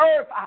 earth